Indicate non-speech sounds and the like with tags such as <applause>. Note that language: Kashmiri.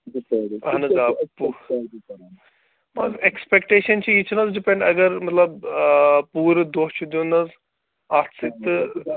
<unintelligible> اَہَن حظ آ <unintelligible> پَنُن اٮ۪کٕسپٮ۪کٹیشَن چھِ یہِ چھِنہٕ حظ ڈِپٮ۪نٛڈ اگر مطلب پوٗرٕ دۄہ چھِ دیُن حظ اَتھ سۭتۍ تہٕ